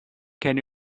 can